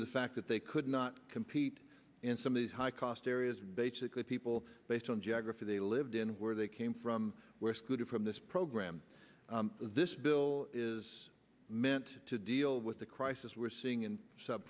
to the fact that they could not compete in some of these high cost areas basically people based on geography they lived in where they came from where secluded from this program this bill is meant to deal with the crisis we're seeing in sub